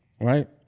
Right